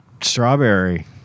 Strawberry